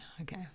Okay